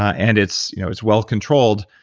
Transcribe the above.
and it's you know it's well-controlled,